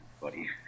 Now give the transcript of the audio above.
buddy